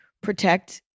protect